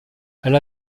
elle